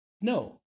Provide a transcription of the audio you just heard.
No